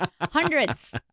hundreds